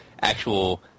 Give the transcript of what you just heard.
Actual